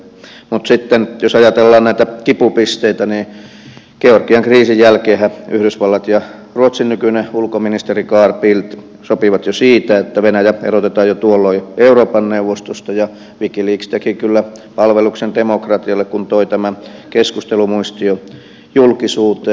mutta sitten jos ajatellaan näitä kipupisteitä niin georgian kriisin jälkeenhän yhdysvallat ja ruotsin nykyinen ulkoministeri carl bildt sopivat siitä että venäjä erotetaan jo tuolloin euroopan neuvostosta ja wikileaks teki kyllä palveluksen demokratialle kun toi tämän keskustelumuistion julkisuuteen